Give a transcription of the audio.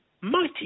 mighty